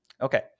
Okay